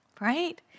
right